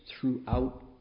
throughout